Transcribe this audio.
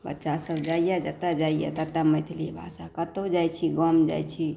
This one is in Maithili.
बच्चा सब जाइया जतऽ जाइया ततऽ मैथिलीये भाषा कतौ जाइ छी गाम जाइ छी